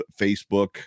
Facebook